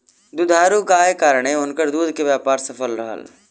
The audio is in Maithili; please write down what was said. दुधारू गायक कारणेँ हुनकर दूध के व्यापार सफल रहल